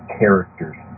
characters